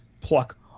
pluck